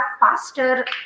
faster